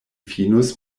finos